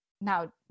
now